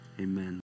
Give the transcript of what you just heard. amen